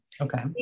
Okay